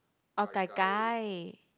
or gai-gai